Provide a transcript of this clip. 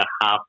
half